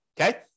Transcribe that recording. Okay